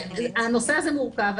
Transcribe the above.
הנושא הזה מורכב,